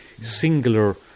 singular